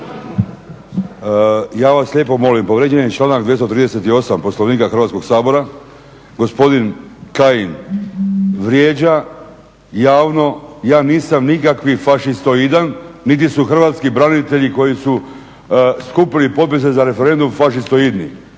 Ja vas lijepo molim, povrijeđeni članak 238. Poslovnika Hrvatskog sabora. Gospodin Kajin vrijeđa javno. Ja nisam nikakvi fašistoidan niti su hrvatski branitelji koji su skupili potpise za referendum fašistoidni